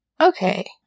Okay